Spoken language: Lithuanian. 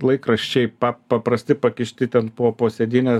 laikraščiai paprasti pakišti ten buvo po po sėdyne